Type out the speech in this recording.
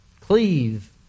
Cleave